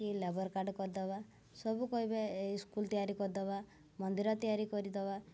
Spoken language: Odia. କି ଲେବର କାର୍ଡ଼ କରିଦବା ସବୁ କହିବେ ସ୍କୁଲ ତିଆରି କରିଦବା ମନ୍ଦିର ତିଆରି କରିଦବା